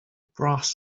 brass